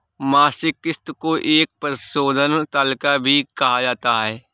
मासिक किस्त को एक परिशोधन तालिका भी कहा जाता है